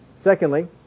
Secondly